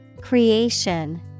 Creation